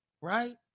right